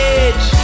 edge